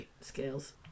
Scales